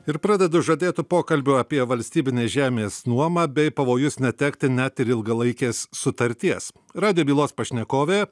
ir pradedu žadėtu pokalbiu apie valstybinės žemės nuomą bei pavojus netekti net ir ilgalaikės sutarties radijo bylos pašnekovė